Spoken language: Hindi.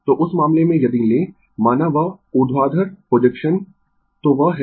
तो उस मामले में यदि लें माना वह ऊर्ध्वाधर प्रोजेक्शन तो वह है A B